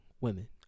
women